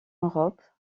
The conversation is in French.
europe